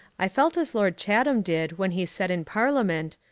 i felt as lord chatham did when he said in parliament,